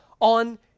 on